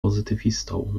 pozytywistą